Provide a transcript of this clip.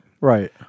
Right